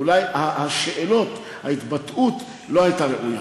אולי השאלות, ההתבטאות, לא הייתה ראויה.